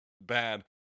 bad